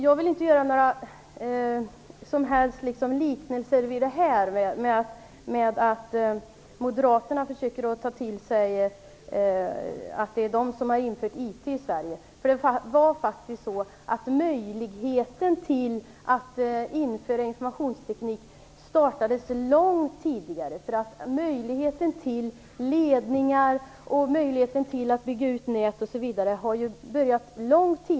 Jag vill inte på något sätt likna moderaterna vid gubbarna, men moderaterna försöker att ta åt sig äran av att ha infört IT i Sverige. Det var faktiskt så att utbyggnaden av möjligheten att införa informationsteknik påbörjades långt tidigare. Det har gjort det möjligt att bygga ut nät, osv.